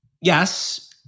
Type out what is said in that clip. Yes